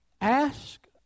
Ask